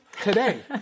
today